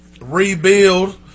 Rebuild